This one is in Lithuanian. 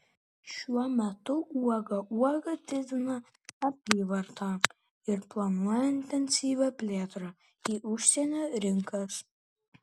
šiuo metu uoga uoga didina apyvartą ir planuoja intensyvią plėtrą į užsienio rinkas